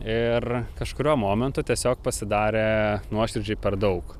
ir kažkuriuo momentu tiesiog pasidarė nuoširdžiai per daug